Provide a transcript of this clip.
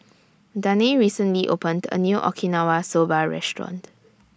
Danae recently opened A New Okinawa Soba Restaurant